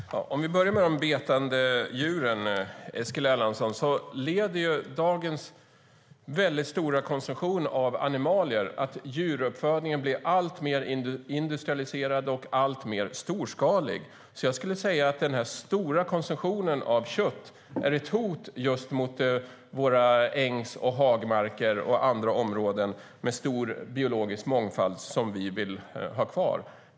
Fru talman! Om vi börjar med de betande djuren, Eskil Erlandsson, leder dagens stora konsumtion av animalier till att djuruppfödningen blir alltmer industrialiserad och storskalig. Jag skulle säga att den stora konsumtionen är ett hot just mot våra ängs och hagmarker och andra områden med stor biologisk mångfald som vi vill ha kvar.